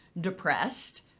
depressed